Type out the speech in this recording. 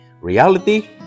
Reality